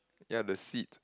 ya the seat